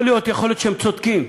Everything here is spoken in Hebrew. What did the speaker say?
יכול להיות שהם צודקים,